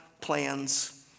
plans